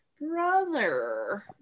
brother